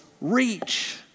reach